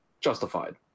justified